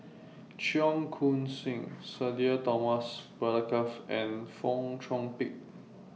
Cheong Koon Seng Sudhir Thomas Vadaketh and Fong Chong Pik